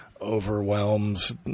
overwhelms